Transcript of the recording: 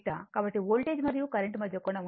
కాబట్టి వోల్టేజ్ మరియు కరెంట్ మధ్య కోణం 53